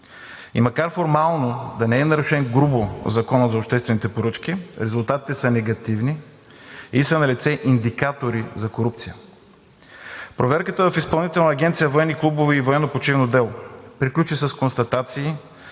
и макар формално да не е нарушен грубо Законът за обществените поръчки, резултатите са негативни и са налице индикатори за корупция. Проверката в Изпълнителна агенция „Военни клубове и военно-почивно дело“ приключи с констатации,